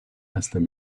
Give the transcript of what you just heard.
asked